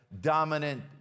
dominant